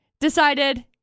decided